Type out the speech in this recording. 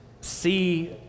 see